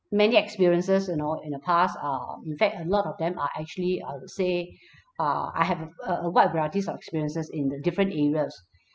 many experiences you know in the past uh in fact a lot of them are actually I would say uh I have a a wide varieties of experiences in the different areas